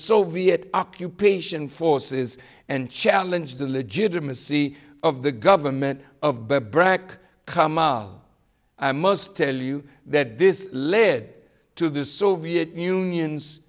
soviet occupation forces and challenge the legitimacy of the government of the brac comma i must tell you that this led to the soviet union